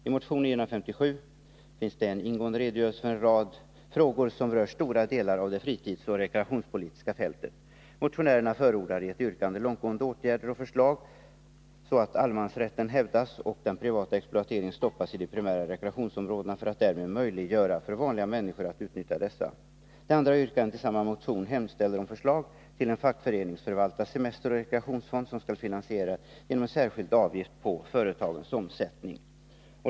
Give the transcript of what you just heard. I motion 957 finns det en ingående redogörelse för en rad frågor som rör stora delar av det fritidsoch rekreationspolitiska fältet. Motionärerna förordar i ett yrkande långtgående åtgärder och förslag, så att allemansrätten hävdas och den privata exploateringen stoppas i de primära rekreationsområdena för att därmed möjliggöra för vanliga människor att utnyttja dessa. Det andra yrkandet i samma motion hemställer om förslag till en fackföreningsförvaltad semesteroch rekreationsfond som skall finansieras genom en särskild avgift på företagens omsättning.